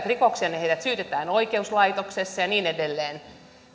rikoksia niin heitä syytetään oikeuslaitoksessa ja niin edelleen